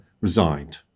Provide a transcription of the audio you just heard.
resigned